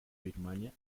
birmania